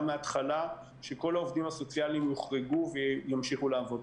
מההתחלה שכל העובדים הסוציאליים יוחרגו וימשיכו לעבוד.